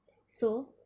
so